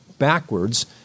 backwards